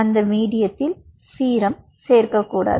அந்த மீடியத்தில் சீரம் சேர்க்க கூடாது